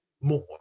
more